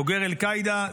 בוגר אל-קאעידה.